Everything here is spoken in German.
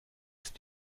ist